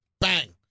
bang